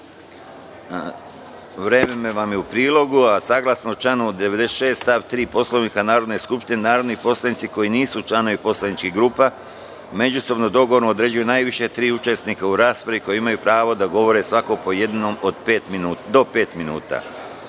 te poslaničke grupe. Saglasno članu 96. stav 3. Poslovnika Narodne skupštine, narodni poslanici koji nisu članovi poslaničkih grupa u međusobnom dogovoru određuju najviše tri učesnika u raspravi koji imaju pravo da govore svako po jednom do pet minuta. Molim